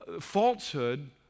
falsehood